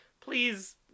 please